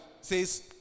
says